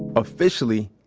officially,